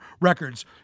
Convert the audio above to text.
records